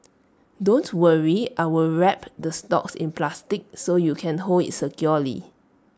don't worry I will wrap the stalks in plastic so you can hold IT securely